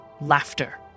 Laughter